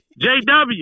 JW